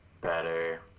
better